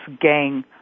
gang